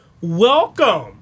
Welcome